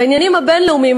בעניינים הבין-לאומיים,